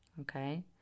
Okay